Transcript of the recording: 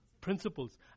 principles